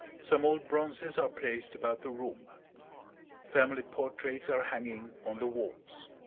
some old bronzes are placed about the room family portraits are hanging on the walls.